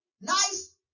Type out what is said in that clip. Nice